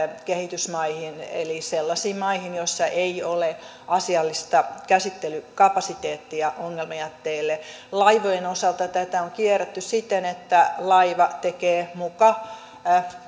kehitysmaihin eli sellaisiin maihin joissa ei ole asiallista käsittelykapasiteettia ongelmajätteille laivojen osalta tätä on kierretty siten että laiva tekee muka